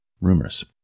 rumors